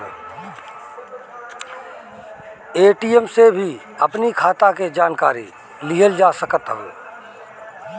ATM से भी अपनी खाता के जानकारी लेहल जा सकत हवे